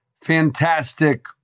Fantastic